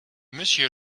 monsieur